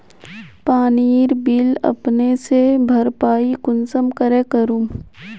पानीर बिल अपने से भरपाई कुंसम करे करूम?